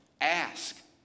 Ask